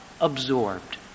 absorbed